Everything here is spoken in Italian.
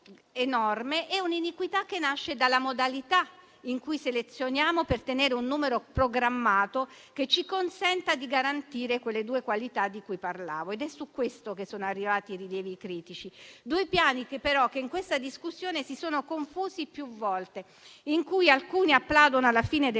poi un'iniquità che nasce dalla modalità in cui selezioniamo per ottenere un numero programmato che ci consenta di garantire quelle due qualità di cui parlavo. Ed è su questo che sono arrivati i rilievi critici: due piani, però, che in questa discussione si sono confusi più volte. Alcuni applaudono alla fine del